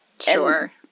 Sure